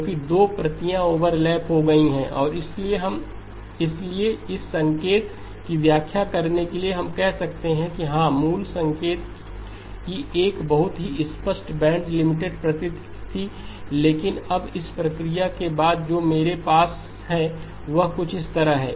क्योंकि दो प्रतियाँ ओवरलैप हो गई हैं और इसलिए इस संकेत की व्याख्या करने के लिए हम कह सकते हैं कि हाँ मूल संकेत की एक बहुत ही स्पष्ट बैंड लिमिटेड प्रकृति थी लेकिन अब इस प्रक्रिया के बाद जो मेरे पास है वह कुछ इस तरह है